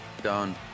done